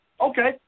Okay